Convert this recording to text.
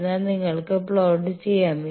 അതിനാൽ നിങ്ങൾക്ക് പ്ലോട്ട് ചെയ്യാം